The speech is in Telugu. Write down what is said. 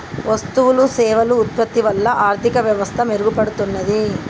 వస్తువులు సేవలు ఉత్పత్తి వల్ల ఆర్థిక వ్యవస్థ మెరుగుపడుతున్నాది